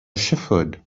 shepherd